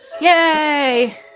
Yay